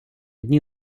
дні